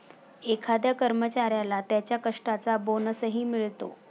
एखाद्या कर्मचाऱ्याला त्याच्या कष्टाचा बोनसही मिळतो